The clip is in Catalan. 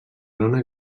zona